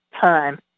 time